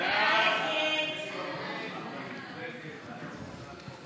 הסתייגות 15 לא נתקבלה.